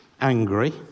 angry